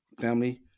Family